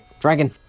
Dragon